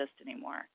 anymore